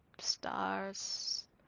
stars